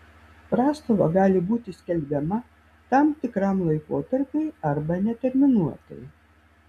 prastova gali būti skelbiama tam tikram laikotarpiui arba neterminuotai